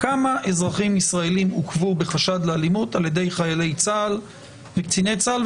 כמה אזרחים ישראלים עוכבו בחשד לאלימות על ידי חיילי צה"ל וקציני צה"ל,